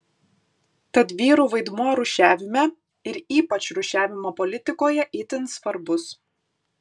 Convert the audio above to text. tad vyrų vaidmuo rūšiavime ir ypač rūšiavimo politikoje itin svarbus